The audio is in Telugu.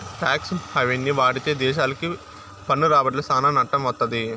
టాక్స్ హెవెన్ని వాడితే దేశాలకి పన్ను రాబడ్ల సానా నట్టం వత్తది